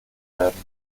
werden